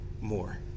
more